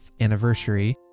anniversary